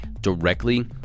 directly